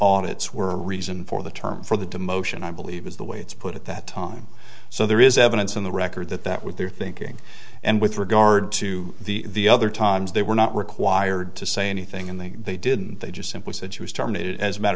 its were reason for the term for the demotion i believe is the way it's put at that time so there is evidence in the record that that was their thinking and with regard to the other times they were not required to say anything and they they didn't they just simply said she was terminated as a matter